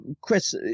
Chris